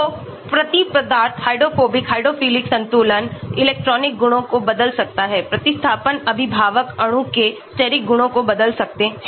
तो प्रतिपदार्थ hydrophobic hydrophilic संतुलन इलेक्ट्रॉनिक गुणों को बदल सकता है प्रतिस्थापन अभिभावक अणु के stericगुणों को बदल सकते हैं